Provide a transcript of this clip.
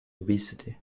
obesity